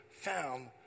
found